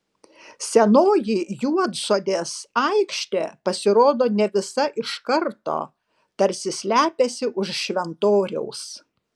senoji juodsodės aikštė pasirodo ne visa iš karto tarsi slepiasi už šventoriaus